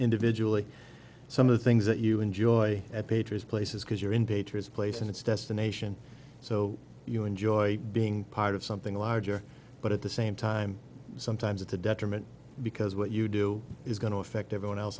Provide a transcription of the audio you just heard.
individually some of the things that you enjoy at ptrus places because you're in dangerous place and it's destination so you enjoy being part of something larger but at the same time sometimes it's a detriment because what you do is going to affect everyone else